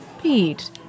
Pete